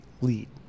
lead